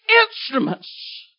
instruments